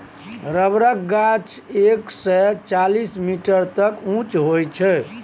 रबरक गाछ एक सय चालीस मीटर तक उँच होइ छै